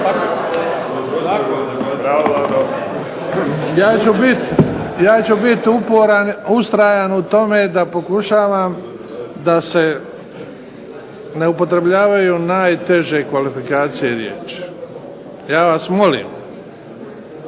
Ja ću biti uporan, ustrajan u tome da pokušavam da se ne upotrebljavaju najteže kvalifikacije riječi. Ja vas molim,